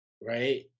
Right